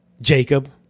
Jacob